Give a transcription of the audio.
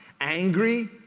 angry